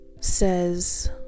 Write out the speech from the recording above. says